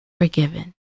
forgiven